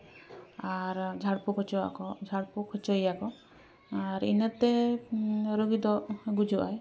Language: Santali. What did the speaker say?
ᱟᱨ ᱡᱷᱟᱲ ᱯᱷᱩᱸᱠ ᱦᱚᱪᱚᱣᱟᱠᱚ ᱡᱷᱟᱲᱯᱷᱩᱸᱠ ᱦᱚᱪᱚᱭᱮᱭᱟ ᱠᱚ ᱟᱨ ᱤᱱᱟᱹᱛᱮ ᱨᱳᱜᱤ ᱫᱚ ᱜᱩᱡᱩᱜᱼᱟᱭ